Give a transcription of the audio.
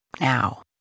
now